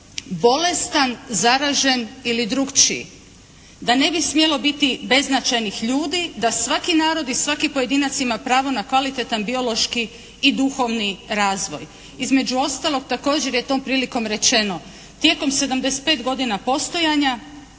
bolestan, zaražen ili drukčiji, da ne bi smjelo biti deznačajnih ljudi, da svaki narod i svaki pojedinac ima pravo na kvalitetan biološki i duhovni razvoj.“ Između ostalog također je tom prilikom rečeno. Tijekom 75. godina postojanja